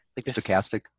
stochastic